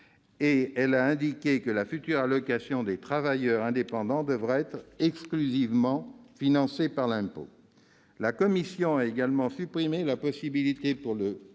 elle a indiqué que la future allocation des travailleurs indépendants devra être exclusivement financée par l'impôt. La commission a aussi supprimé la possibilité pour le